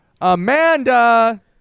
Amanda